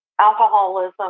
alcoholism